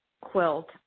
quilt